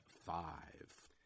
five